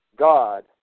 God